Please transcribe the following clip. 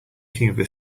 thinking